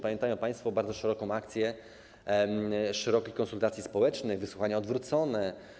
Pamiętają państwo bardzo szeroką akcję szerokich konsultacji społecznych, wysłuchania odwrócone.